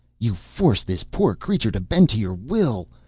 you force this poor creature to bend to your will,